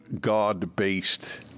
God-based